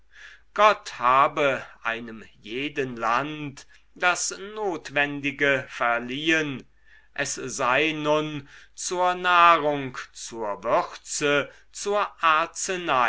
gott habe einem jeden land das notwendige verliehen es sei nun zur nahrung zur würze zur